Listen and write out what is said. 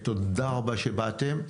תודה רבה שבאתם.